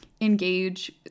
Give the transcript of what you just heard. engage